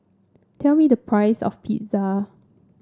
tell me the price of Pizza